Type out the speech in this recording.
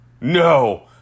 no